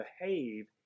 behave